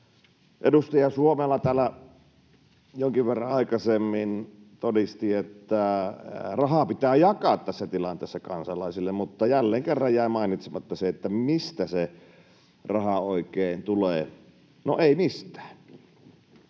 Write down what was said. Edustaja Suomela täällä jonkin verran aikaisemmin todisti, että rahaa pitää jakaa tässä tilanteessa kansalaisille, mutta jälleen kerran jäi mainitsematta, mistä se raha oikein tulee. No, ei mistään.